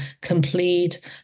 complete